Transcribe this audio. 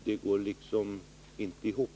Det här går liksom inte ihop.